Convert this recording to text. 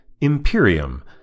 Imperium